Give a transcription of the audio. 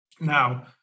Now